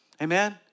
Amen